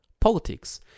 Politics